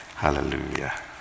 Hallelujah